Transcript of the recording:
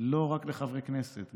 לא רק לחברי כנסת,